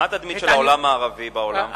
מה התדמית של העולם הערבי בעולם?